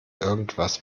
irgendwas